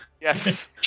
Yes